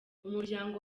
umuryango